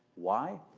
why?